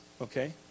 okay